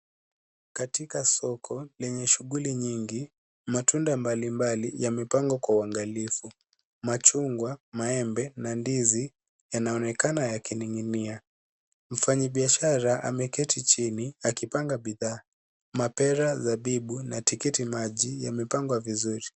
Katika soko lenye shughuli nyingi matunda mbali mbali yamepangwa kwa uangalifu. Machungwa, maembe na ndizi yanaonekana yakininginia. Mfanyi biashara ameketi chini akipanga bidhaa. Mapera , zabibu na tikiti maji imepangwa vizuri.